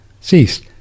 ceased